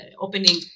opening